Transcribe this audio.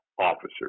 Officers